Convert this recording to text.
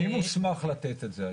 מי מוסמך לתת את זה היום?